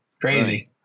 Crazy